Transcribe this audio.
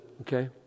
okay